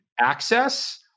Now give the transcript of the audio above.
access